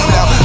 Now